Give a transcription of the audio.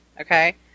okay